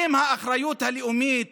עם האחריות הלאומית